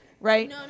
right